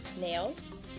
Nails